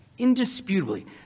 indisputably